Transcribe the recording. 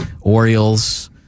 Orioles